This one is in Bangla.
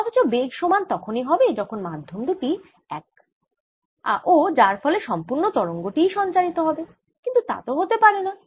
অথচ বেগ সমান তখনই হবে যখন মাধ্যম দুটি এক ও যার ফলে সম্পূর্ণ তরঙ্গ টি সঞ্চারিত হবে কিন্তু তা হতে পারেনা